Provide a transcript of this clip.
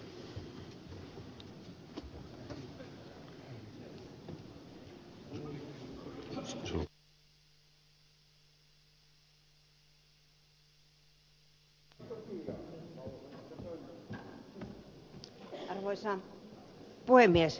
arvoisa puhemies